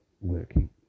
working